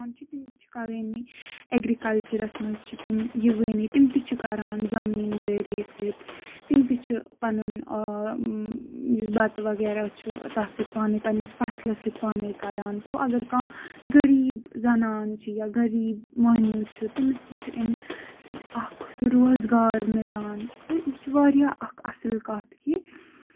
تِم تہِ چھِ کَرٲنی اٮ۪گرِلَچُرَس منٛز چھِ تِم یہِ وٲنی تِم تہِ چھِ کران زٔمیٖندٲری سۭتۍ تِم تہِ چھِ پَنُن یُس بَتہٕ وغیرہ چھُ تَتھ سۭتۍ پانے پَنٕنِس فَصلَس سۭتۍ پانے کران تو اَگر کانہہ غریٖب زَنان چھِ یا غریٖب موہنیو چھُ تٔمِس تہِ چھُ اَمہِ سۭتۍ اکھ سُہ روزگار مِلان تہٕ یہِ چھُ واریاہ اکھ اَصٕل کَتھ کہِ